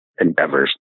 Endeavors